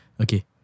Okay